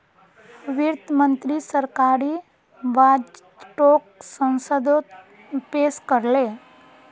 वित्त मंत्री सरकारी बजटोक संसदोत पेश कर ले